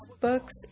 books